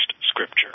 scripture